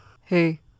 Hey